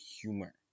humor